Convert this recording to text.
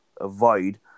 avoid